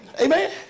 Amen